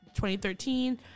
2013